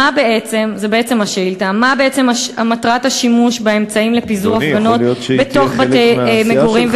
זו השאילתה: מה היא מטרת השימוש באמצעים לפיזור הפגנות בתוך בתי מגורים?